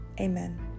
amen